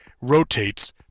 rotates